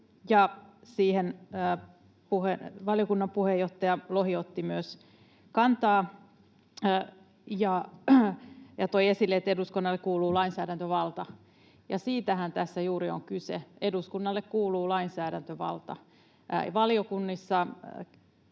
siihen valiokunnan puheenjohtaja Lohi myös otti kantaa ja toi esille, että eduskunnalle kuuluu lainsäädäntövalta. Siitähän tässä juuri on kyse: Eduskunnalle kuuluu lainsäädäntövalta.